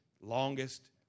longest